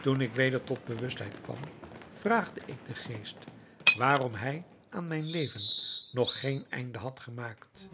toen ik weder tot bewustheid kwam vraagde ik den geest waarom hij aan mijn leven nog geen einde had gemaakt